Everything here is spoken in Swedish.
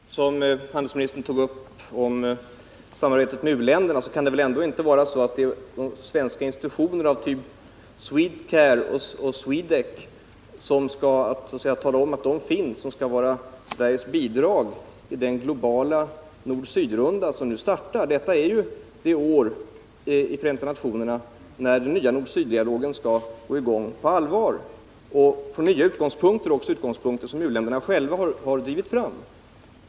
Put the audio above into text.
Fru talman! När det först gäller det som handelsministern tog upp om samarbetet med u-länderna, kan väl inte en redovisning av att det finns svenska institutioner av typ Swedcare och Swedec utgöra Sveriges bidrag i den globala nord-sydrunda som nu startar. Detta är ju det år när den nya nord-syddialogen skall gå i gång på allvar i FN och få nya utgångspunkter — även utgångspunkter som u-länderna själva har drivit fram.